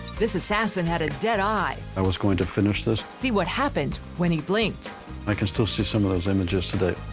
this assassin had a dead eye. i was going to finish this. see what happened when he blinked. and i can still see some of those images today.